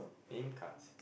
name cards